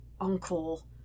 uncle